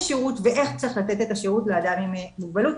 שירות ואיך צריך לתאר השירות לאדם עם מוגבלות,